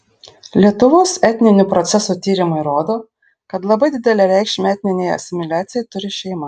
lietuvos etninių procesų tyrimai rodo kad labai didelę reikšmę etninei asimiliacijai turi šeima